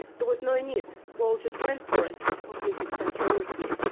there was no need. we all just went for it, completely spontaneously.